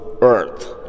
earth